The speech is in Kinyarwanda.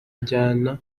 ajyana